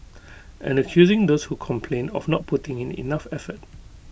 and accusing those who complained of not putting in the enough effort